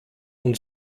und